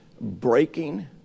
breaking